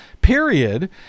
period